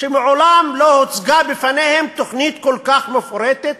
שמעולם לא הוצגה בפניהם תוכנית כל כך מפורטת